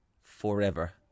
forever